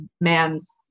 man's